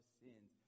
sins